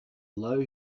low